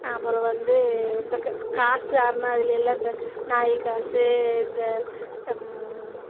அப்புறம் வந்து இந்த க காசு அரணா இதுலெலாம் இந்த நாய் காசு இந்த